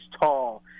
tall